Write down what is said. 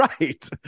Right